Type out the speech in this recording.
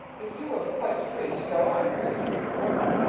if you were quite free to go on with your beautiful work,